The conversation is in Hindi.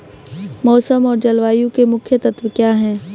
मौसम और जलवायु के मुख्य तत्व क्या हैं?